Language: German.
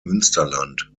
münsterland